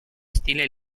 stile